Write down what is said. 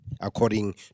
according